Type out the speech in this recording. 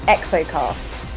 Exocast